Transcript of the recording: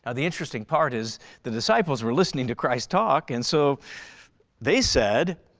ah the interesting part is the disciples were listening to christ talk and so they said,